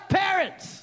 parents